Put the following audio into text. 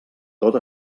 tot